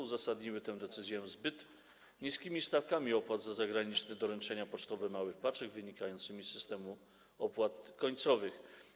Uzasadniły tę decyzję zbyt niskimi stawkami opłat za zagraniczne doręczenia pocztowe małych paczek, wynikającymi z systemu opłat końcowych.